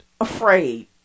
afraid